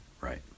Right